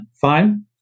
Fine